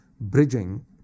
bridging